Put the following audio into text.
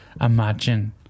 Imagine